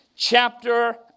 Chapter